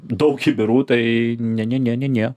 daug kibirų tai ne ne ne ne